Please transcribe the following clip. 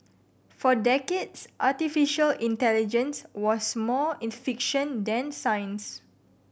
for decades artificial intelligence was more fiction than science